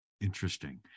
Interesting